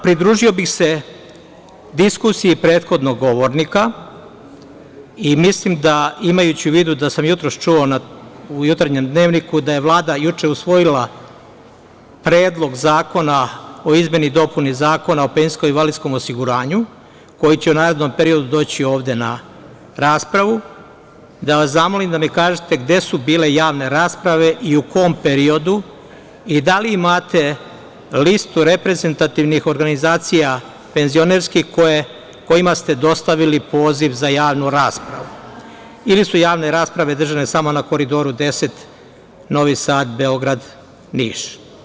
Pridružio bih se diskusiji prethodnog govornika i mislim da, imajući u vidu da sam jutros čuo u jutarnjem „Dnevniku“, da je Vlada juče usvojila Predlog zakona o izmeni i dopuni Zakona o PIO, koji će u narednom periodu doći ovde na raspravu, da vas zamolim da mi kažete gde su bile javne rasprave i u kom periodu i da li imate listu reprezentativnih organizacija penzionerskih kojima ste dostavili poziv za javnu raspravu, ili su javne rasprave držane samo na Koridoru 10 Novi Sad-Beograd-Niš?